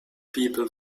people